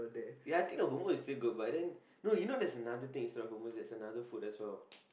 ya I think the hummus is still good but then no you know there is another thing instead of hummus there's another food as well